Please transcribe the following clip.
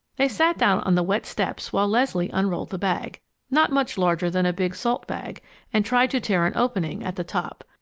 they sat down on the wet steps while leslie unrolled the bag not much larger than a big salt-bag and tried to tear an opening at the top.